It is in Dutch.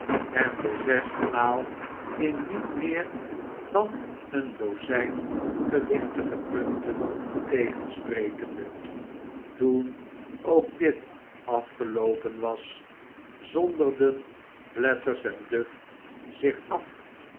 en de zesde maal in niet meer dan een dozijn gewichtige punten tegensprekende toen ook dit afgeloopen was zonderden blathers en duff zich af